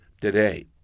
today